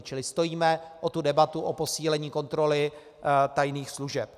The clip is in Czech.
Čili stojíme o debatu o posílení kontroly tajných služeb.